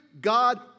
God